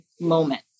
moment